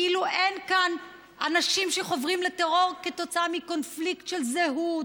כאילו אין כאן אנשים שחוברים לטרור כתוצאה מקונפליקט של זהות,